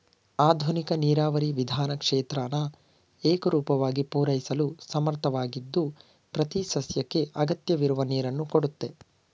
ಆಧುನಿಕ ನೀರಾವರಿ ವಿಧಾನ ಕ್ಷೇತ್ರನ ಏಕರೂಪವಾಗಿ ಪೂರೈಸಲು ಸಮರ್ಥವಾಗಿದ್ದು ಪ್ರತಿಸಸ್ಯಕ್ಕೆ ಅಗತ್ಯವಿರುವ ನೀರನ್ನು ಕೊಡುತ್ತೆ